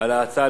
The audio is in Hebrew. על ההצעות